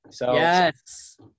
Yes